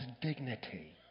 dignity